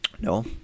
No